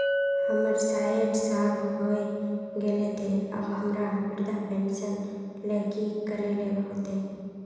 हमर सायट साल होय गले ते अब हमरा वृद्धा पेंशन ले की करे ले होते?